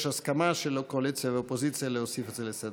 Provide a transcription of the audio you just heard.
יש הסכמה של הקואליציה והאופוזיציה להוסיף את זה לסדר-היום.